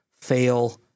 fail